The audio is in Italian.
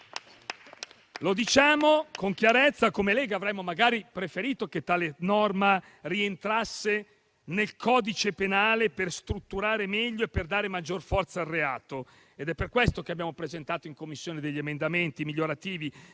Lo diciamo con chiarezza. Noi della Lega avremmo preferito che tale norma rientrasse nel codice penale per strutturare meglio e per dare maggior forza al reato ed è per questo che in Commissione abbiamo presentato degli emendamenti migliorativi.